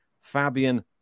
Fabian